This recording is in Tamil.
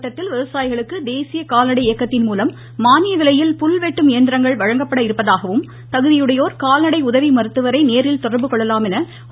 மாவட்டத்தில் விவசாயிகளுக்கு தேசிய சிவகங்கை கால்நடை இயக்கத்தின்மூலம் மானியவிலையில் புல் வெட்டும் இயந்திரங்கள் வழங்கப்பட இருப்பதாகவும் தகுதியுடையோர் கால்நடை உதவி மருத்துவரை நேரில் தொடர்புகொள்ளலாம் உஎன அட்சித்தலைவர் திரு